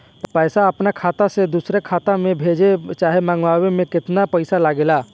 पैसा अपना खाता से दोसरा खाता मे भेजे चाहे मंगवावे में केतना पैसा लागेला?